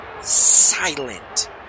silent